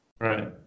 Right